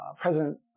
President